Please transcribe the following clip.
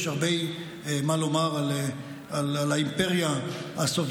יש הרבה מה לומר על האימפריה הסובייטית,